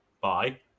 bye